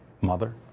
mother